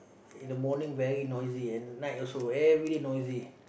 in the morning very noisy at night also very noisy